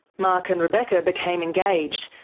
mark and rebecca became engaged,